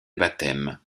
baptêmes